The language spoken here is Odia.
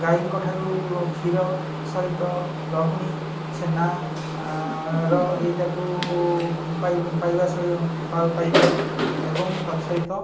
ଗାଈଙ୍କ ଠାରୁ କ୍ଷୀର ସହିତ ଲହୁଣୀ ଛେନା ର ଏଇଟାକୁ ପାଇବୁ ପାଇବା ସହି ପାଇଥାଉ ଏବଂ ତା' ସହିତ